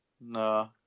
No